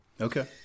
Okay